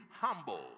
humble